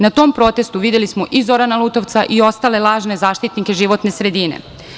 Na tom protestu, videli smo i Zorana Lutovca i ostale lažne zaštitnike životne sredine.